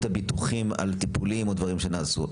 הביטוחים על טיפולים או דברים שנעשו.